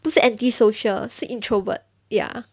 不是 antisocial 是 introvert ya